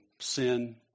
sin